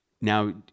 now